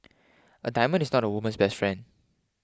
a diamond is not a woman's best friend